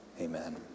amen